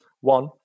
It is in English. One